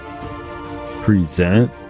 Present